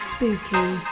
Spooky